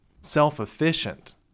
self-efficient